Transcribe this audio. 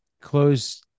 close